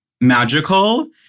magical